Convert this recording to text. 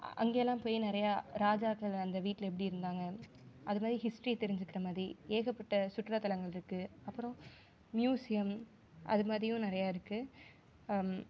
அங்கேயெல்லாம் போய் நிறையா ராஜாக்கள் அந்த வீட்டில் எப்படி இருந்தாங்க அதுமாதிரி ஹிஸ்ட்ரி தெரிஞ்சுக்கிறமாதி ஏகப்பட்ட சுற்றுலாத்தலங்கள் இருக்குது அப்புறம் மியூசியம் அதுமாதிரியும் நிறையா இருக்குது